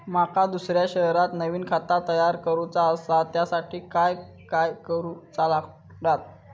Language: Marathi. माका दुसऱ्या शहरात नवीन खाता तयार करूचा असा त्याच्यासाठी काय काय करू चा लागात?